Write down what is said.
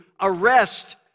arrest